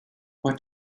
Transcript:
what